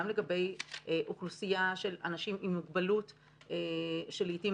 גם לגבי אוכלוסייה של אנשים עם מוגבלות שלעיתים